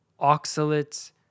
oxalates